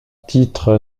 titre